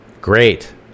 great